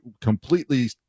completely